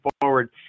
forward